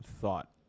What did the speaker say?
thought